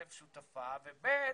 ראשית, שותפה, ושנית,